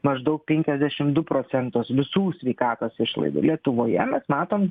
maždaug penkiasdešimt du procentus visų sveikatos išlaidų lietuvoje mes matom